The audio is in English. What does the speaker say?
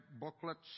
booklets